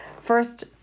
First